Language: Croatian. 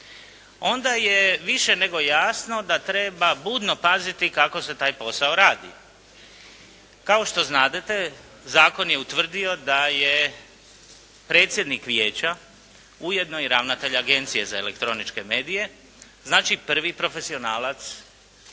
Onda je više nego jasno da treba budno paziti kako se taj posao radi. Kao što znadete zakon je utvrdio da je predsjednik Vijeća ujedno i ravnatelj Agencije za elektroničke medije, znači prvi profesionalac u